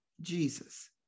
Jesus